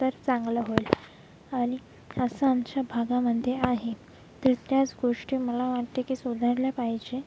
तर चांगलं होईल आणि असं आमच्या भागामध्ये आहे तर त्याच गोष्टी मला वाटते की सुधारल्या पाहिजे